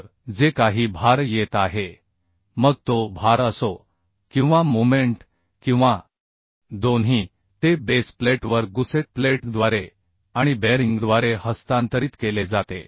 तर जे काही भार येत आहे मग तो भार असो किंवा मोमेंट किंवादोन्ही ते बेस प्लेटवर गुसेट प्लेटद्वारे आणि बेअरिंगद्वारे हस्तांतरित केले जाते